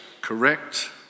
Correct